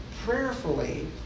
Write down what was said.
prayerfully